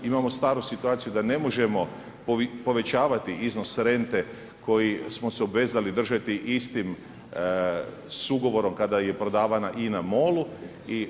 Imamo staru situaciju da ne možemo povećavati iznos rente koji smo se obvezali držati istim s ugovorom kada je prodavana INA MOL-u.